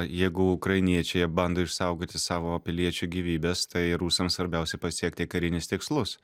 jeigu ukrainiečiai bando išsaugoti savo piliečių gyvybes tai rusams svarbiausia pasiekti karinius tikslus